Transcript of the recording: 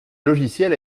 logiciel